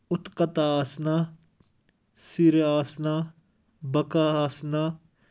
اُتھکَتا آسنا سِرِ آسنا بَکاہ آسنا